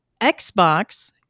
Xbox